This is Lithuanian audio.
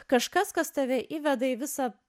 kažkas kas tave įveda į visą